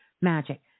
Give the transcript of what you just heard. magic